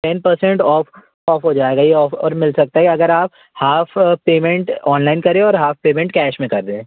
ten percent off off हो जाएगा ये ऑफ़र मिल सकता है अगर आप हाफ़ पेमेंट ऑनलाइन करें और हाफ़ पेमेंट कैश में कर दें